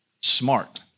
Smart